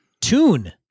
Tune